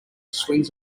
swings